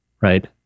right